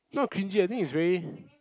not cringy I think it's very